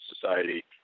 society